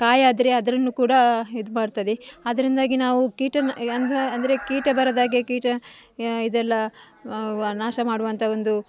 ಕಾಯಾದರೆ ಅದನ್ನು ಕೂಡ ಇದು ಮಾಡ್ತದೆ ಅದರಿಂದಾಗಿ ನಾವು ಕೀಟ ನ ಅಂದರೆ ಕೀಟ ಬರದಾಗೆ ಕೀಟ ಇದೆಲ್ಲ ನಾಶ ಮಾಡುವಂತ ಒಂದು